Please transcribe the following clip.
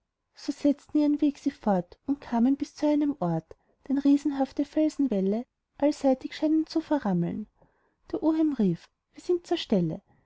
so setzten ihren weg sie fort und kamen bis zu einem ort den riesenhafte felsenwälle allseitig schienen zu verrammeln der oheim rief wir sind zur stelle